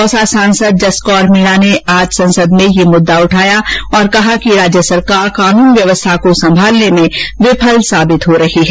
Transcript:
दौसा सांसद जसकौर मीणा ने आज संसद में यह मुद्दा उठाया और कहा कि राज्य सरकार कानून व्यवस्था को संभालने में विफल साबित हो रही है